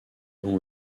dont